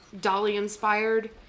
Dolly-inspired